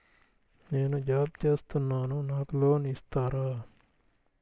నేను జాబ్ చేస్తున్నాను నాకు లోన్ ఇస్తారా?